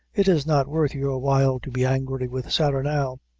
it is not worth your while to be angry with sarah now.